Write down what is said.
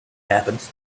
happens